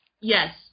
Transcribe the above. Yes